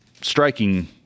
striking